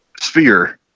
Sphere